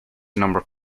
number